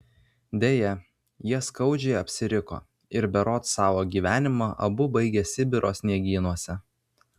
deja jie skaudžiai apsiriko ir berods savo gyvenimą abu baigė sibiro sniegynuose